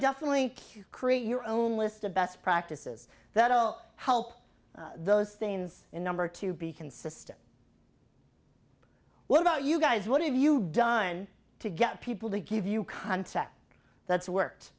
definitely create your own list of best practices that i'll help those things in number two be consistent what about you guys what have you done to get people to give you contact that's worked